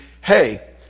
Hey